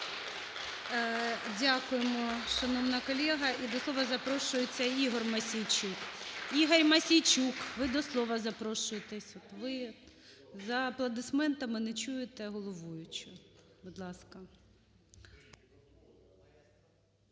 Дякуємо, шановна колега. І до слова запрошується Ігор Мосійчук. Ігор Мосійчук, ви до слова запрошуєтеся. Ви за аплодисментами не чуєте головуючу. Будь ласка.